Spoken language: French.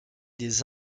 des